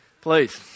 Please